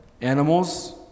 animals